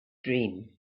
dream